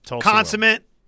Consummate